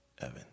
Evan